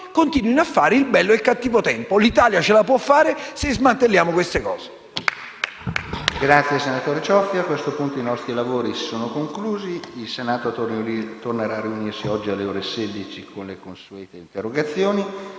continuino a fare il bello e il cattivo tempo. L'Italia può farcela se smantelliamo queste cose.